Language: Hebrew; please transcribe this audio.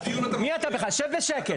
מי אתה בכלל שב בשקט,